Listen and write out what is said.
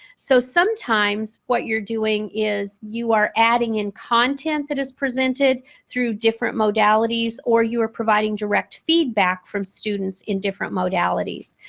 so, sometimes what you're doing is you are adding in content that is presented through different modalities or you are providing direct feedback from students in different modalities.